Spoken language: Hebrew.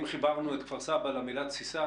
אם חיברנו את כפר סבא למילה תסיסה,